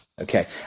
okay